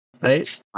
right